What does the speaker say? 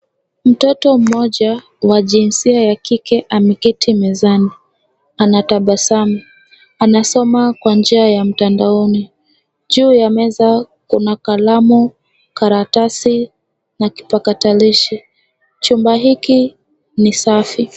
Mtoto mmoja wa jinsia ya kike ameketi mezani, anatabasamu, anasoma kwa njia ya mtandaoni. Juu ya meza kuna kalamu, karatasi na kipakatalishi. Chumba hiki ni safi.